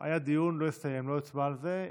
היה דיון, זה לא הסתיים, לא הוצבע על זה.